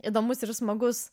įdomus ir smagus